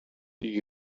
die